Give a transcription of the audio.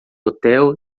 hotel